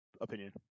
opinion